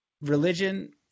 Religion